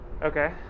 Okay